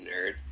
nerd